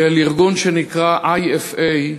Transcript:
של ארגון שנקרא IFA,